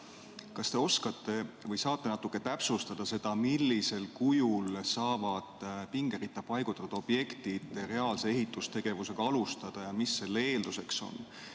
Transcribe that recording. Kas te oskate või saate natukene täpsustada seda, millisel kujul saavad pingeritta paigutatud objektid reaalse ehitustegevusega alustada ja mis selle eelduseks on?